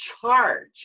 charge